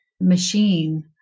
machine